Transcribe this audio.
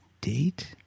date